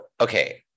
okay